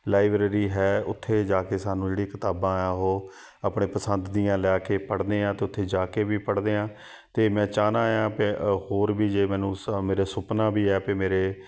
library ਹੈ ਉੱਥੇ ਜਾ ਕੇ ਸਾਨੂੰ ਜਿਹੜੀ ਕਿਤਾਬਾਂ ਆ ਉਹ ਆਪਣੇ ਪਸੰਦ ਦੀਆਂ ਲੈ ਕੇ ਪੜ੍ਹਦੇ ਹਾਂ ਅਤੇ ਉੱਥੇ ਜਾ ਕੇ ਵੀ ਪੜ੍ਹਦੇ ਹਾਂ ਅਤੇ ਮੈਂ ਚਾਹੁੰਦਾ ਹਾਂ ਪ ਹੋਰ ਵੀ ਜੇ ਮੈਨੂੰ ਸ ਮੇਰੇ ਸੁਪਨਾ ਵੀ ਹੈ ਵੀ ਮੇਰੇ